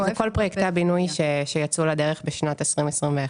פרויקטי הבינוי שיצאו לדרך בשנת 2021,